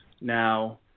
Now